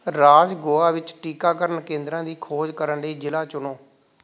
ਰਾਜ ਗੋਆ ਵਿੱਚ ਟੀਕਾਕਰਨ ਕੇਂਦਰਾਂ ਦੀ ਖੋਜ ਕਰਨ ਲਈ ਜ਼ਿਲ੍ਹਾ ਚੁਣੋ